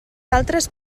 altres